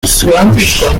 distinguished